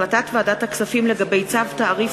על שולחן הכנסת החלטת ועדת הכספים לגבי צו תעריף